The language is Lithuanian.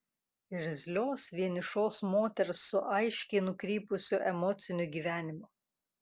irzlios vienišos moters su aiškiai nukrypusiu emociniu gyvenimu